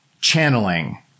channeling